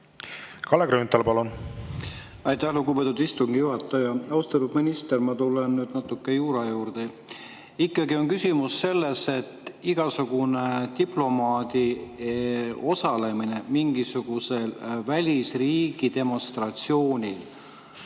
tule. Mis te arvate? Aitäh, lugupeetud istungi juhataja! Austatud minister! Ma tulen nüüd natuke juura juurde. Küsimus on selles, et igasugune diplomaadi osalemine mingisugusel välisriigi demonstratsioonil